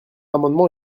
amendement